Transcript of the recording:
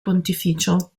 pontificio